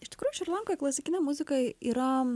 iš tikrųjų šri lankoj klasikinė muzika yra